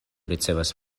ricevis